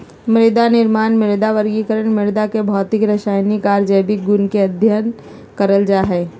मृदानिर्माण, मृदा वर्गीकरण, मृदा के भौतिक, रसायनिक आर जैविक गुण के अध्ययन करल जा हई